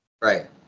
Right